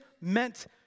meant